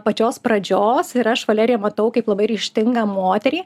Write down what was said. pačios pradžios ir aš valeriją matau kaip labai ryžtingą moterį